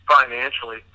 financially